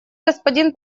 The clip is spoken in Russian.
господин